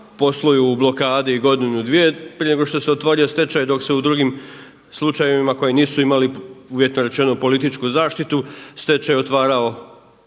posluju u blokadi godinu, dvije prije nego što se otvorio stečaju dok se u drugim slučajevima koji nisu imali uvjetno rečeno političku zaštitu stečaj otvarao